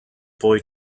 boy